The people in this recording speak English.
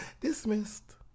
Dismissed